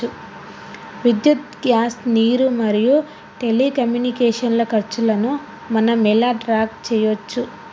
విద్యుత్ గ్యాస్ నీరు మరియు టెలికమ్యూనికేషన్ల ఖర్చులను మనం ఎలా ట్రాక్ చేయచ్చు?